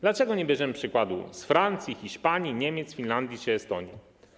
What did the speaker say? Dlaczego nie bierzemy przykładu z Francji, Hiszpanii, Niemiec, Finlandii czy Estonii?